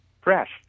fresh